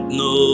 no